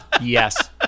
Yes